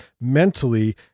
mentally